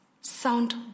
sound